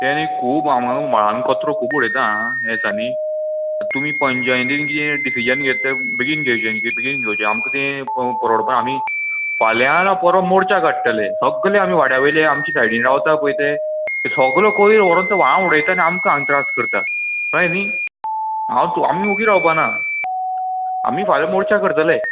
तें न्ही खूब व्हाळान कोचरो खूब उडयता आं हें दिसांनी तुमी पंचायतीन किदें डिसिजन घेतलें बेगीन घेवचें न्ही किदें बेगीन घेवचें आमकां तें पोरवोडपा ना आमी फाल्यां ना परवां मोर्चा काडटले सगलें आमी वाड्या वयले आमच्या सायडीन रावता पळय ते सगलो कोयर व्हरोन तें व्हाळां उडयता आनी आमकां हांगा त्रास करता कळ्ळें न्ही हांव आमी वोगी रावपा ना आमी फाल्यां मोर्चा करतले